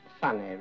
funny